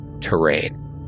terrain